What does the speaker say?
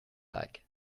like